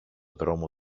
δρόμο